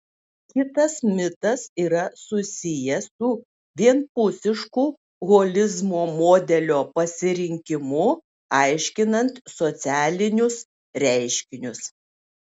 kitas mitas yra susijęs su vienpusišku holizmo modelio pasirinkimu aiškinant socialinius reiškinius